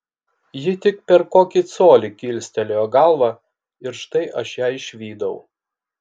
ji tik per kokį colį kilstelėjo galvą ir štai aš ją išvydau